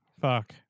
Fuck